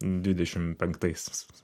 dvidešim penktais